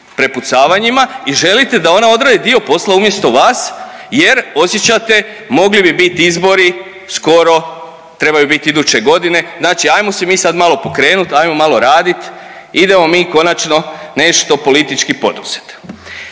prepucavanjima i želite da ona odradi dio posla umjesto vas jer osjećate mogli bi bit izbori skoro, trebaju bit iduće godine, znači ajmo se mi sad malo pokrenut, ajmo malo radit, idemo mi konačno nešto politički poduzet.